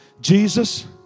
Jesus